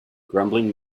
grumbling